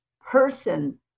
person